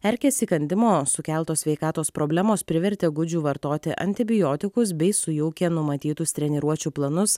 erkės įkandimo sukeltos sveikatos problemos privertė gudžių vartoti antibiotikus bei sujaukė numatytus treniruočių planus